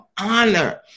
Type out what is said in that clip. honor